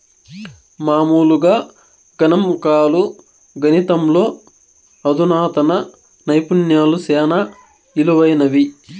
మామూలుగా గణంకాలు, గణితంలో అధునాతన నైపుణ్యాలు సేనా ఇలువైనవి